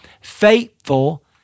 faithful